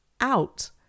out